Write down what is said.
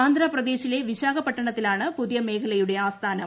ആന്ധ്രപ്രദേശിലെ വിശാഖപട്ടണത്തിലാണ് പുതിയ മേഖലയുടെ ആസ്ഥാനം